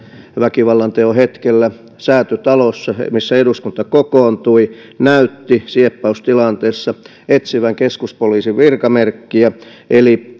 väkivallanteon hetkellä säätytalossa missä eduskunta kokoontui näytti sieppaustilanteessa etsivän keskuspoliisin virkamerkkiä eli